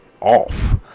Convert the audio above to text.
off